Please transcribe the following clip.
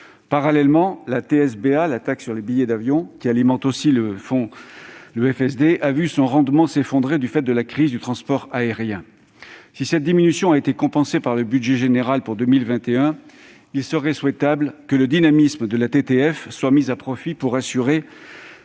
Parallèlement, la taxe de solidarité sur les billets d'avion, qui alimente aussi le FSD, a vu son rendement s'effondrer du fait de la crise du transport aérien. Si cette diminution a été compensée par le budget général pour 2021, il serait souhaitable que le dynamisme de la TTF soit mis à profit pour assurer